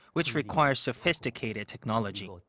which requires sophisticated technology.